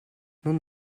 nun